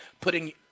putting